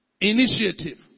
initiative